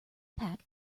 pack